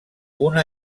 una